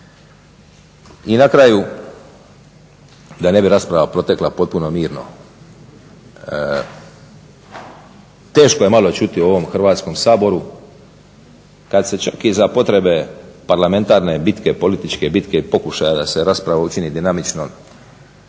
I na kraju, da ne bi rasprava protekla potpuno mirno teško je malo čuti o ovom Hrvatskom saboru, kad se čak i za potrebe parlamentarne bitke, političke bitke i pokušaja da se rasprava učini dinamičnom,